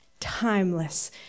timeless